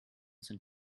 sind